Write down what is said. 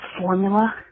formula